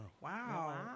Wow